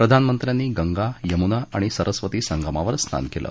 प्रधानमंत्र्यांनी गंगा यमुना आणि सरस्वती संगमावर स्नान केलं